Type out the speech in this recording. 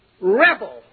rebel